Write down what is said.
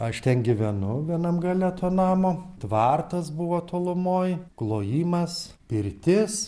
aš ten gyvenu vienam gale to namo tvartas buvo tolumoj klojimas pirtis